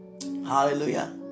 Hallelujah